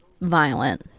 violent